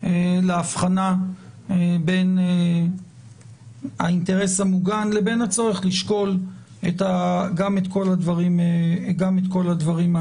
להבחנה בין האינטרס המוגן לבין הצורך לשקול גם את כל הדברים האחרים.